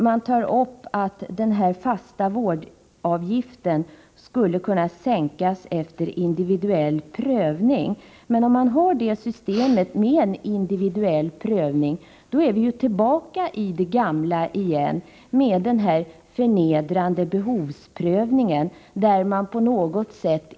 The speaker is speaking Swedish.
Man säger att den fasta vårdavgiften skulle kunna sänkas efter individuell prövning. Men om vi väljer systemet med en individuell prövning, är vi tillbaka i det gamla systemet med den förnedrande behovsprövningen.